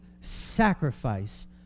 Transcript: sacrifice